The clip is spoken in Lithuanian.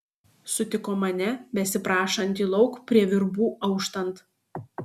sutiko mane besiprašantį lauk prie virbų auštant